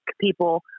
people